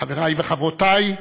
חברי וחברותי,